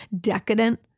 decadent